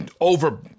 over